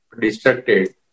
destructed